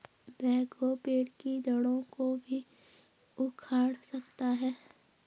backhoe पेड़ की जड़ों को भी उखाड़ सकता है